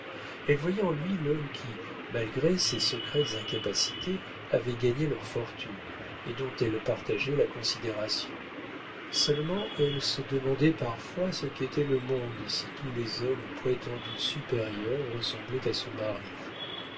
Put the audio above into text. elle voyait en lui l'homme qui malgré ses secrètes incapacités avait gagné leur fortune et dont elle partageait la considération seulement elle se demandait parfois ce qu'était le monde si tous les hommes prétendus supérieurs ressemblaient à son mari